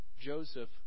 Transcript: Joseph